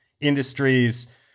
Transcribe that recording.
industries